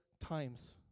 times